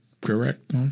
correct